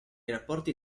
rapporti